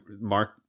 mark